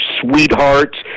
sweethearts